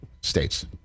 States